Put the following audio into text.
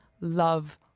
love